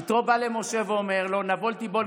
יתרו בא למשה ואומר לו "נָבֹל תִּבֹּל",